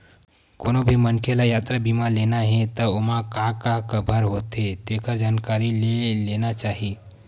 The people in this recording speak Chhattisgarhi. कोनो भी मनखे ल यातरा बीमा लेना हे त ओमा का का कभर होथे तेखर जानकारी ले लेना चाही